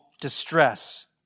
distress